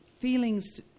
feelings